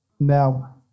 Now